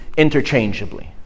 interchangeably